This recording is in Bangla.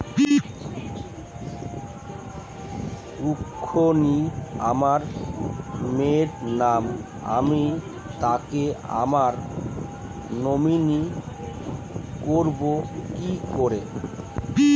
রুক্মিনী আমার মায়ের নাম আমি তাকে আমার নমিনি করবো কি করে?